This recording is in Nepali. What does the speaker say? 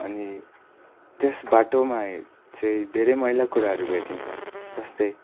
अनि त्यसबाटोमा चाहिँ धेरै मैला कुराहरू भेटिन्छ जस्तै